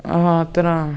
ಆ ಥರ